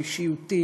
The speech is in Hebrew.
אישיותי,